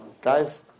guys